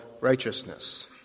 righteousness